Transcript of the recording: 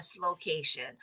location